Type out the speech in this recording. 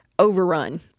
overrun